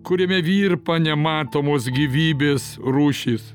kuriame virpa nematomos gyvybės rūšys